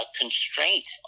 constraint